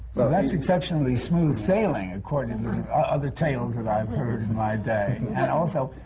well, that's exceptionally smooth sailing, according to other tales that i've heard in my day. and also,